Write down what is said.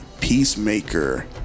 Peacemaker